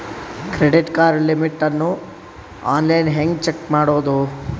Credit card limit ಅನ್ನು online ಹೆಂಗ್ check ಮಾಡೋದು?